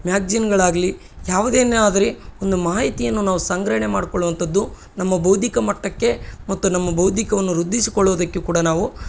ಮ್ಯಾಗಜಿನ್ಗಳಾಗಲಿ ಯಾವ್ದೇನಾದ್ರು ಒಂದು ಮಾಹಿತಿಯನ್ನು ನಾವು ಸಂಗ್ರಹಣೆ ಮಾಡ್ಕೊಳ್ಳುವಂಥದ್ದು ನಮ್ಮ ಬೌದ್ಧಿಕ ಮಟ್ಟಕ್ಕೆ ಮತ್ತು ನಮ್ಮ ಬೌದ್ಧಿಕವನ್ನು ವೃದ್ಧಿಸಿಕೊಳ್ಳುವುದಕ್ಕೆ ಕೂಡ ನಾವು